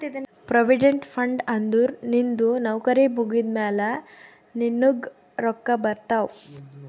provident fund ಅಂದುರ್ ನಿಂದು ನೌಕರಿ ಮುಗ್ದಮ್ಯಾಲ ನಿನ್ನುಗ್ ರೊಕ್ಕಾ ಬರ್ತಾವ್